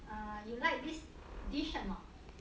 err you like this dish or not